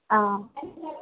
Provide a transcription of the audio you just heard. ఆ